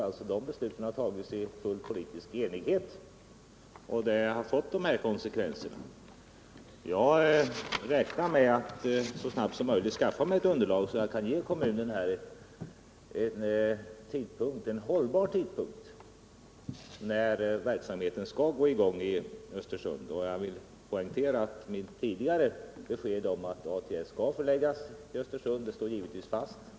De besluten har fattats i ful! politisk enighet, och de har fått dessa konsekvenser. Jag räknar med att så snabbt som möjligt skaffa mig ett underlag så att jag kan ge kommunen uppgift om en hållbar tidpunkt när verksamheten skall gå i gång i Östersund. Jag vill poängtera att mitt tidigare besked om att ATS skall förläggas till Östersund givetvis står fast.